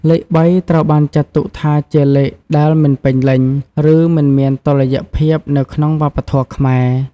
លេខបីត្រូវបានចាត់ទុកថាជាលេខដែលមិនពេញលេញ ឬមិនមានតុល្យភាពនៅក្នុងវប្បធម៌ខ្មែរ។